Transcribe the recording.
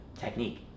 technique